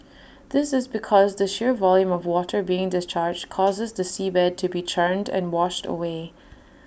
this is because the sheer volume of water being discharged causes the seabed to be churned and washed away